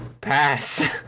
Pass